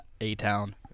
A-town